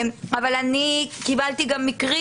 אבל אני קיבלתי פניות על מקרים